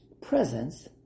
presence